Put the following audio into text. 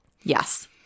Yes